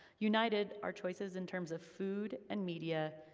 united, our choices in terms of food and media,